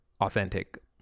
authentic